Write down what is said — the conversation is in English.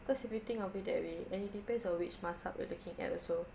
cause if you think of it that way and it depends on which mazhab you're looking at also